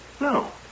No